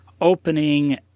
opening